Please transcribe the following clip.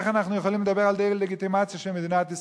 איך אנחנו יכולים לדבר על דה-לגיטימציה של מדינת ישראל?